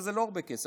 שזה לא הרבה כסף.